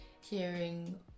hearing